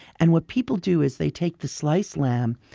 and what people do is they take the sliced lamb,